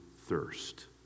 thirst